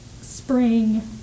spring